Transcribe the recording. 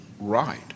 right